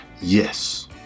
yes